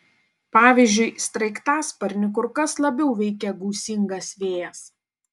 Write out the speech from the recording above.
pavyzdžiui sraigtasparnį kur kas labiau veikia gūsingas vėjas